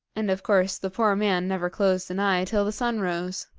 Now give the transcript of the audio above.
and of course the poor man never closed an eye till the sun rose.